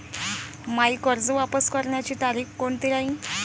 मायी कर्ज वापस करण्याची तारखी कोनती राहीन?